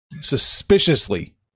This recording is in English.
suspiciously